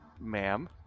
ma'am